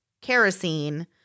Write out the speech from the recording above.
kerosene